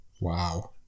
Wow